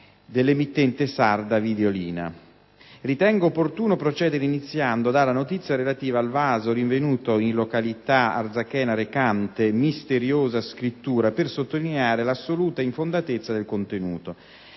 dell'emittente sarda Videolina. Ritengo opportuno procedere iniziando dalla notizia relativa al vaso rinvenuto in località Arzachena, recante una "misteriosa scrittura", per sottolineare l'assoluta infondatezza del suo contenuto.